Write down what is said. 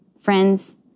Friends